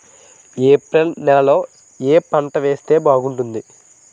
April నెలలో ఏ పంట వేస్తే బాగుంటుంది?